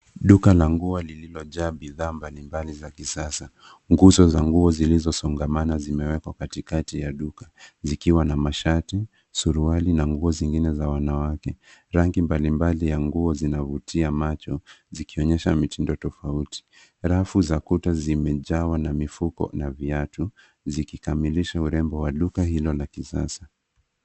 Duka la nguo lililojaa bidhaa mbali mbali za kisasa. Nguso za nguo zilizosongamana zimewekwa katikati ya duka zikiwa na mashati, suruali na nguo zingine za wanawake. Rangi mbali mbali ya nguo zinavutia macho zikionyesha mitindo tofauti. Rafu za kuta zimejawa na mifuko na viatu zikikamilisha urembo wa duko hilo la kisasa.